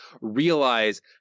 realize